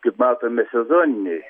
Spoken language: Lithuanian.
kaip matome sezoniniai